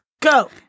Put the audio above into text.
Go